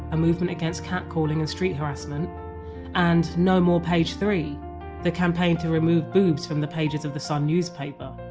a movement against catcalling and street harassment and no more page three the campaign to remove the boobs from the pages of the sun newspaper.